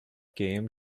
game